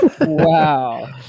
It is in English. wow